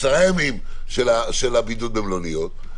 עשרה ימים לבידוד במלוניות.